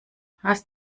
hast